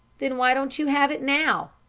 then why don't you have it now?